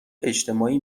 اجتماعی